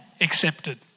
accepted